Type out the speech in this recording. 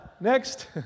Next